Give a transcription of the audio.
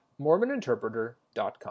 mormoninterpreter.com